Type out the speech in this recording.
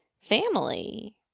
family